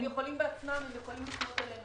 יש עסקים שממשיכים לשלם,